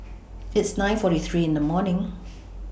It's nine forty three in The morning